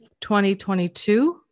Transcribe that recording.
2022